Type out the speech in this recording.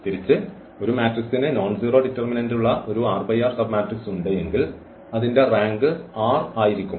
തിരിച്ച് ഒരു മാട്രിക്സ്ന് നോൺസീറോ ഡിറ്റർമിനന്റ് ഉള്ള സബ്മാട്രിക്സ് ഉണ്ട് എങ്കിൽ അതിൻറെ റാങ്ക് r ആയിരിക്കും